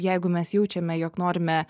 jeigu mes jaučiame jog norime